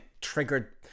triggered